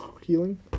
Healing